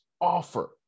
offer